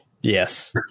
Yes